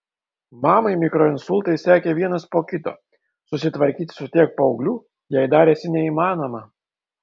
mamai mikroinsultai sekė vienas po kito susitvarkyti su tiek paauglių jai darėsi neįmanoma